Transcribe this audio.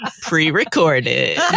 pre-recorded